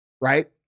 Right